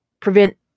prevent